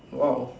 !wow!